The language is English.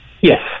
Yes